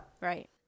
Right